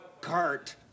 cart